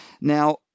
Now